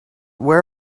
where